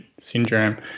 syndrome